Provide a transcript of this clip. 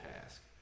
task